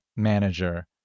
Manager